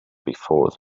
before